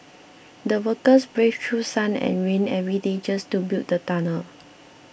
the workers braved through sun and rain every day just to build the tunnel